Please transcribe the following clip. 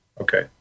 Okay